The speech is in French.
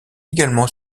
également